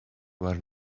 were